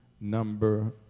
number